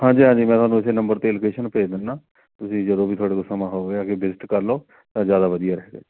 ਹਾਂਜੀ ਹਾਂਜੀ ਮੈਂ ਤੁਹਾਨੂੰ ਇਸ ਨੰਬਰ 'ਤੇ ਲੋਕੇਸ਼ਨ ਭੇਜ ਦਿੰਦਾ ਤੁਸੀਂ ਜਦੋਂ ਵੀ ਤੁਹਾਡੇ ਕੋਲ ਸਮਾਂ ਹੋ ਗਿਆ ਆ ਕੇ ਵਿਜਿਟ ਕਰ ਲਓ ਤਾਂ ਜ਼ਿਆਦਾ ਵਧੀਆ ਰਹੇਗਾ